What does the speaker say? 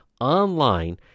online